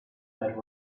that